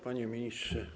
Panie Ministrze!